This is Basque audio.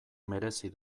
merezi